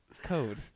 code